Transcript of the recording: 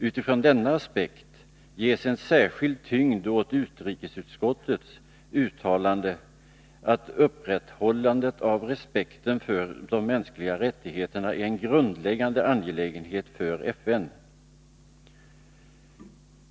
Utifrån denna aspekt ges en särskild tyngd åt utrikesutskottets uttalande att upprätthållandet av respekten för de mänskliga rättigheterna är en grundläggande angelägenhet för FN.